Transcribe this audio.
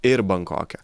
ir bankoke